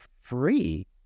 free